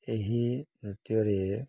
ଏହି ନୃତ୍ୟରେ